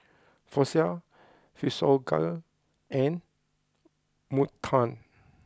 Floxia Physiogel and Motown